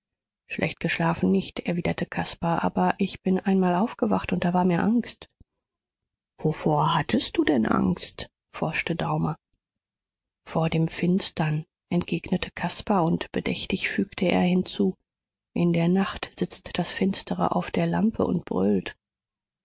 schlecht geschlafen nicht erwiderte caspar aber ich bin einmal aufgewacht und da war mir angst wovor hattest du denn angst forschte daumer vor dem finstern entgegnete caspar und bedächtig fügte er hinzu in der nacht sitzt das finstere auf der lampe und brüllt